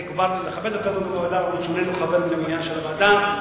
הוא בא לכבד אפילו שהוא איננו חבר מן המניין של הוועדה.